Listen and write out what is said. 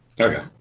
Okay